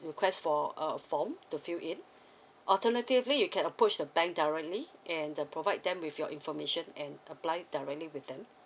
request for a form to fill in alternatively you can approach the bank directly and uh provide them with your information and apply directly with them